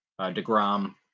DeGrom